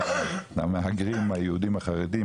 למהגרים; היהודים החרדים,